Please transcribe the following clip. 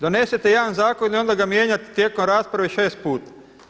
Donesete jedan zakon i onda ga mijenjate tijekom rasprave šest puta.